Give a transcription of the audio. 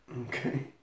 Okay